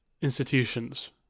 institutions